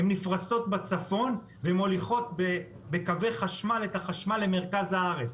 הן נפרסות בצפון ומוליכות בקווי חשמל את החשמל למרכז הארץ.